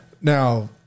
Now